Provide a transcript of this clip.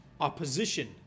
opposition